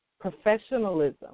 professionalism